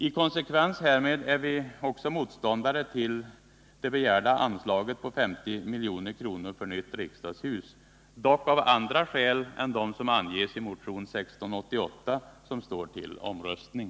I konsekvens härmed är vi också motståndare till det begärda anslaget på 50 milj.kr. för nytt riksdagshus, dock av andra skäl än de som anges i motion 1688, som kan komma att bli föremål för omröstning.